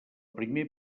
primer